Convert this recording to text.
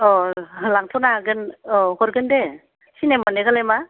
अह लांथ'नो हागोन औ हरगोन दे सिनाय मोन्नायखौलाय मा